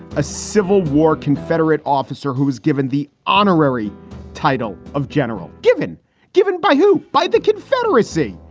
a civil war confederate officer who was given the honorary title of general given given by who? by the confederacy.